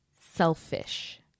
selfish